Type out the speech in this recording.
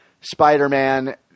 Spider-Man